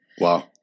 Wow